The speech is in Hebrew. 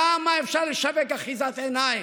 כמה אפשר לשווק אחיזת עיניים?